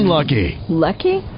Lucky